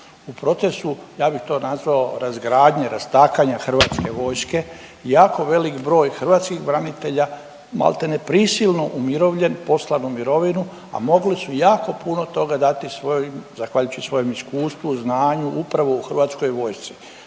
u procesu ja bih to nazvao razgradnja, rastakanje Hrvatske vojske jako velik broj hrvatskih branitelja maltene prisilno umirovljen, poslan u mirovinu, a mogli su jako puno toga dati svojoj, zahvaljujući svojem iskustvu, znanju upravo u Hrvatskoj vojsci.